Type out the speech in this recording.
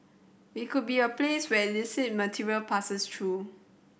we could be a place where illicit material passes through